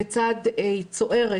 לצד צוערת